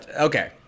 Okay